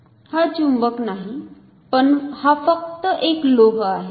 हा चुंबक नाही पण हा फक्त एक लोह आहे